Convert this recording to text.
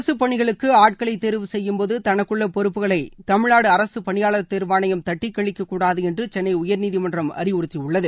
அரசுப் பணிகளுக்கு ஆட்களைத் தேர்வு செய்யும்போது தனக்குள்ள பொறுப்புகளை தமிழ்நாடு அரசுப் பணியாளர் தேர்வாணையம் தட்டிக் கழிக்கக்கூடாது என்று சென்னை உயர்நீதிமன்றம் அறிவுறுத்தியுள்ளது